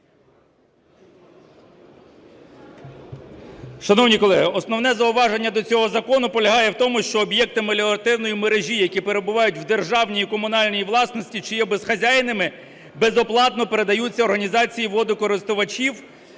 Шановні колеги, основне зауваження до цього закону полягає в тому, що об'єкти меліоративної мережі, які перебувають в державній і комунальній власності чи є безхазяйними, безоплатно передаються організації водокористувачів.